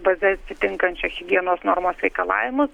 baze atitinkančia higienos normos reikalavimus